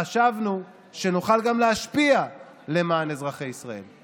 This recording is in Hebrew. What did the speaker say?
חשבנו שנוכל גם להשפיע למען אזרחי ישראל.